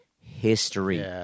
history